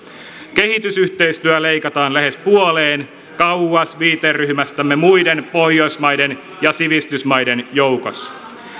kehitysyhteistyö leikataan lähes puoleen kauas viiteryhmästämme muiden pohjoismaiden ja sivistysmaiden joukossa